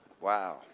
wow